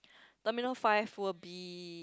terminal five will be